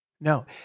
No